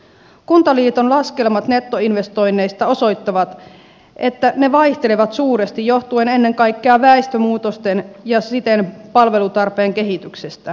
kuntaliiton laskelmat nettoinvestoinneista osoittavat että ne vaihtelevat suuresti johtuen ennen kaikkea väestömuutosten ja siten palvelutarpeen kehityksestä